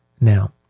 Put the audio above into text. Now